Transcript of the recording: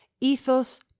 Ethos